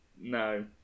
No